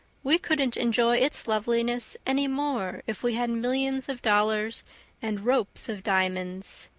we couldn't enjoy its loveliness any more if we had millions of dollars and ropes of diamonds.